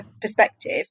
perspective